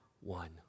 one